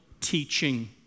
teaching